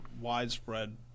widespread